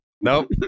nope